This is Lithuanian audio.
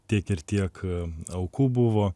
tiek ir tiek aukų buvo